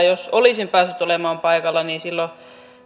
jos olisin päässyt olemaan paikalla niin silloin